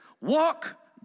walk